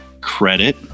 Credit